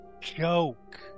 Joke